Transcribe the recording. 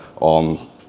on